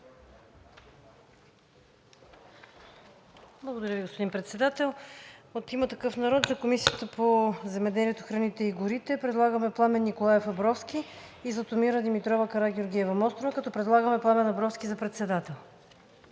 Благодаря Ви, господин Председател. От „Има такъв народ“ за Комисията по земеделието, храните и горите предлагам Пламен Николаев Абровски и Златомира Димитрова Карагеоргиева-Мострова, като предлагам Пламен Абровски за председател.